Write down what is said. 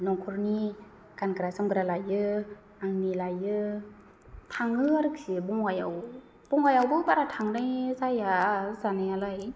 नखरनि गानग्रा जोमग्रा लायो आंनि लायो थाङो आरोखि बङाइआव बङाइआवबो बारा थांनाय जाया जानायालाय